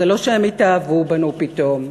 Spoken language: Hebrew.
זה לא שהם התאהבו בנו פתאום.